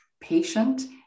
patient